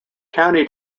county